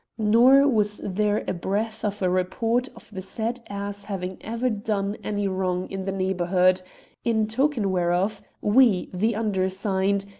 nor was there a breath of a report of the said ass having ever done any wrong in the neighbourhood in token whereof, we, the undersigned,